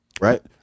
right